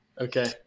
Okay